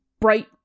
Bright